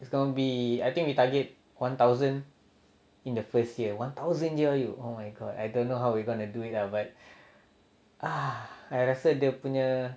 it's gonna be I think we target one thousand in the first year one thousand you know oh my god I don't know how we gonna do it lah but ah I rasa dia punya